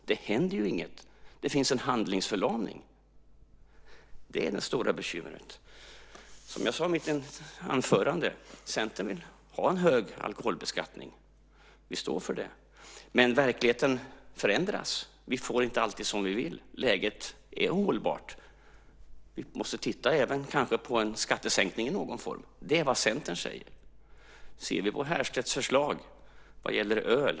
Det händer ju inget. Det finns en handlingsförlamning. Det är det stora bekymret. Som jag sade i mitt anförande vill Centern ha en hög alkoholbeskattning. Vi står för det. Verkligheten förändras. Vi får inte alltid som vi vill. Läget är ohållbart. Vi måste kanske även titta på en skattesänkning i någon form. Det är vad Centern säger. Vi kan se på Härstedts förslag vad gäller öl.